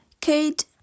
Kate